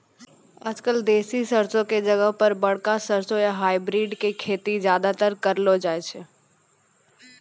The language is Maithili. आजकल देसी सरसों के जगह पर बड़का सरसों या हाइब्रिड के खेती ज्यादातर करलो जाय छै